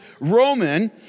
Roman